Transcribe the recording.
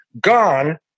gone